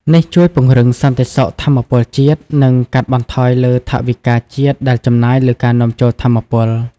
នេះជួយពង្រឹងសន្តិសុខថាមពលជាតិ និងកាត់បន្ថយលើថវិកាជាតិដែលចំណាយលើការនាំចូលថាមពល។